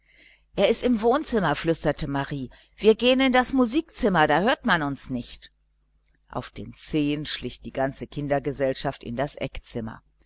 er ist im wohnzimmer flüsterte marie wir gehen in das musikzimmer da hört man uns nicht auf den zehen schlich sich die ganze kindergesellschaft in das eckzimmer